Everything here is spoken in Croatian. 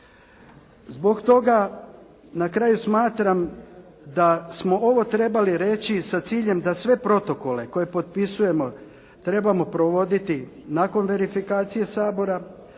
Zbog toga na kraju smatram da smo ovo trebali reći sa ciljem da sve protokole koje potpisujemo trebamo provoditi nakon verifikacije Sabora